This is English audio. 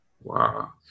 Wow